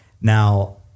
Now